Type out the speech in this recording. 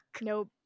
Nope